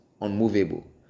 unmovable